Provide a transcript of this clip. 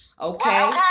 Okay